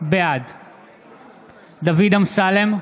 בעד דוד אמסלם,